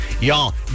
Y'all